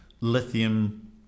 Lithium